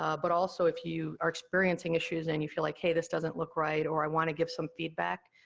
ah but, also, if you are experiencing issues and you feel like, hey, this doesn't look right, or, i want to give some feedback,